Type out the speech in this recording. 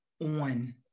on